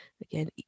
Again